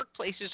workplaces